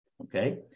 Okay